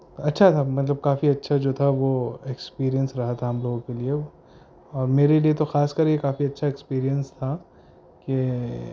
اچھا تھا مطلب کافی اچھا جو تھا وہ ایکسپیریئنس رہا تھا ہم لوگوں کے لیے اور میرے لیے تو خاص کر یہ کافی اچھا ایکسپیریئنس تھا کہ